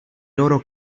loro